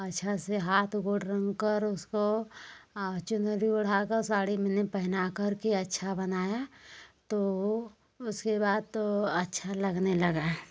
अच्छा से हाथ गोड़ रंगकर उसको चुनरी ओढ़ाकर साड़ी मैंने पहनाकर के अच्छा बनाया तो उसके बाद तो अच्छा लगने लगा